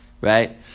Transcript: right